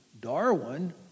Darwin